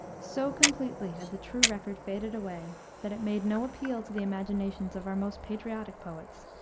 so completely had the true record faded away that it made no appeal to the imaginations of our most patriotic poets.